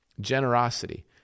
generosity